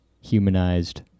humanized